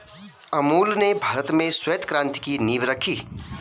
अमूल ने भारत में श्वेत क्रान्ति की नींव रखी